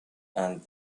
and